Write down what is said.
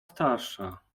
starsza